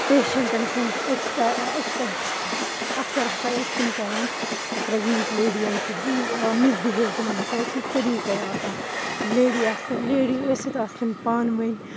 پیشَنٹَن سۭتۍ ایٚکٕسپیٚہ ایٚکسپیٚہ اَکثَر ہَسا ٲسۍ تِم کَران پرٛیگنٮ۪نٛٹ لیڈِیَن سۭتۍ مِس بِہیو تِمَن ہَسا اوس نہٕ طٔریٖقَے آسان لیڈی آسہٕ تِم لیڈی ٲسِتھ آسہٕ تِم پانہٕ ؤنۍ